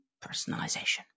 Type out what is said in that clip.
personalization